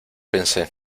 pensé